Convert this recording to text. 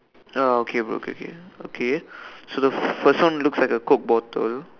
ah okay bro okay okay okay so the first one looks like a coke bottle